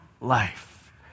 life